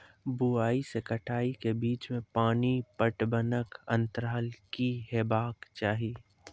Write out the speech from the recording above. बुआई से कटाई के बीच मे पानि पटबनक अन्तराल की हेबाक चाही?